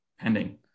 pending